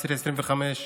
ציר 25,